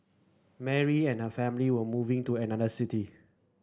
Mary and her family were moving to another city